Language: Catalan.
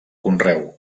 conreu